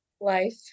life